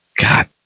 God